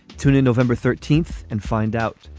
tune in november thirteenth and find out.